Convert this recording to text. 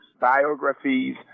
biographies